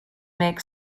make